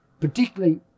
particularly